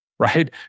right